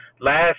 Last